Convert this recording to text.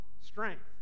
strength